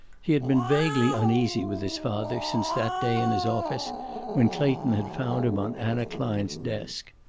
he had been vaguely uneasy with his father since that day in his office when clayton had found him on anna klein's desk.